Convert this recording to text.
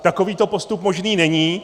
Takovýto postup možný není.